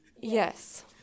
Yes